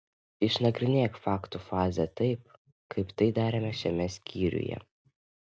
išnagrinėk faktų fazę taip kaip tai darėme šiame skyriuje